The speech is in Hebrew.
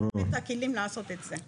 אנחנו נותנים את הכלים לעשות את זה.